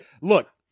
look